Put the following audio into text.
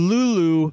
Lulu